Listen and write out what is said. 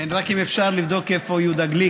רק אם אפשר לבדוק איפה יהודה גליק,